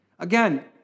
Again